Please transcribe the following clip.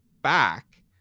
back